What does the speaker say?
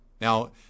Now